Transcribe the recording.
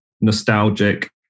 nostalgic